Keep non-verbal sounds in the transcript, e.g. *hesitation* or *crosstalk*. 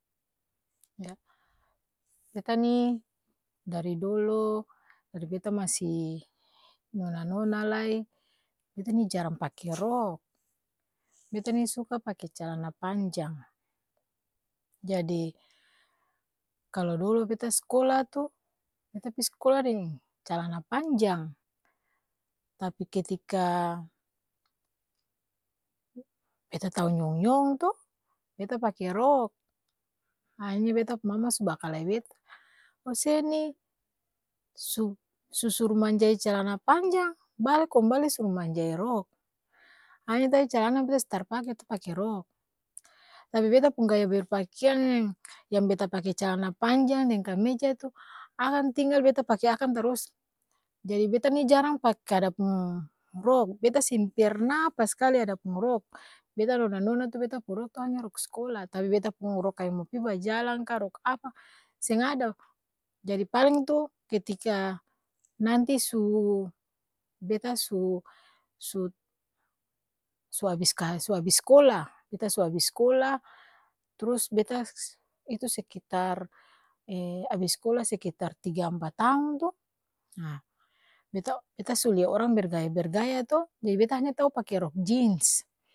*hesitation* beta ni dari dolo, dari beta masi nona-nona lai, beta ni jarang pake *noise* rok, beta ni suka pake calana panjang, jadi, kalo dolo beta s'kola tu, beta pi s'kola deng calana panjang, tapi ketika beta tau nyong-nyong to, beta pake rok, ahi nya beta pung mama su bakalae beta "ose ni, su su-suru manjai calana panjang, bale kombali su manjai rok ahi nya ta calana beta su tar pake, beta pake rok, tapi beta pung gaya ber pakeang yang yang-beta pake calana panjang deng kameja tu, akang tinggal beta pake akang tarus, jadi beta ni jarang pak ada pung rok, beta seng *noise* pernaaa paskali ada pung rok, beta nona-nona tu beta pung rok tu hanya rok s'kola, tapi beta pung rok kaya mo pi bajalang kaa rok apa, seng ada, jadi paleng tu, ketikaa nanti su beta su su su-abis ka su abis s'kola, beta su abis s'kola, trus beta, itu sekitar *hesitation* abis s'kola sekitar tiga ampa taong to aa beta beta-su lia orang bergaya-bergaya to, jadi beta hanya tau pake rok jins.